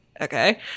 Okay